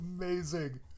amazing